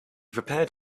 prepared